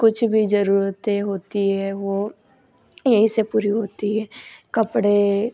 कुछ भी जरूरतें होती हैं वो यहीं से पूरी होती हैं कपड़े